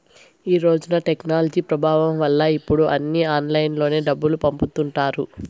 ఈ రోజున టెక్నాలజీ ప్రభావం వల్ల ఇప్పుడు అన్నీ ఆన్లైన్లోనే డబ్బులు పంపుతుంటారు